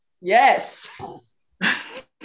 yes